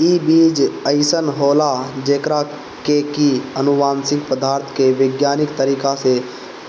इ बीज अइसन होला जेकरा के की अनुवांशिक पदार्थ के वैज्ञानिक तरीका से